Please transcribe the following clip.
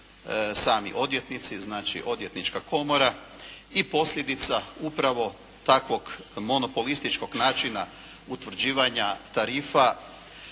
sami odvjetnici, znači Odvjetnička komora i posljedica upravo takvog monopolističkog načina utvrđivanja tarifa